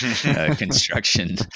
construction